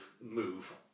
move